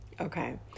Okay